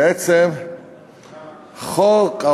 בעצם חוק,